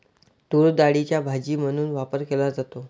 तूरडाळीचा भाजी म्हणून वापर केला जातो